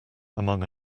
among